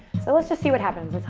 so let's just see what happens.